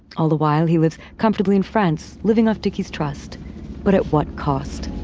all the while, he was comfortably in france living off tiki's trust but at what cost?